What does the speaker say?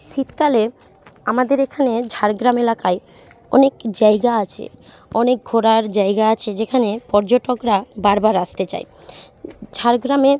শীতকালে আমাদের এখানে ঝাড়গ্রাম এলাকায় অনেক জায়গা আছে অনেক ঘোরার জায়গা আছে যেখানে পর্যটকরা বারবার আসতে চায় ঝাড়গ্রামে